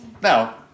Now